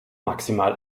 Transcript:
maximal